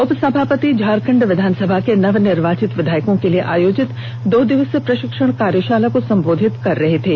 उपसभापति झारखंड विधानसभा के नवनिर्वाचित विधायकों के लिए आयोजित दो दिवसीय प्रषिक्षण कार्यषाला को संबोधित कर रहे थे